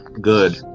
Good